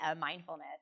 mindfulness